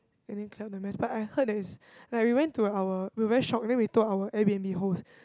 and then clear up the mess but I heard that it's like we went to our we very shocked then we told our air-b_n_b host